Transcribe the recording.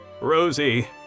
Rosie